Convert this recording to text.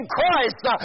Christ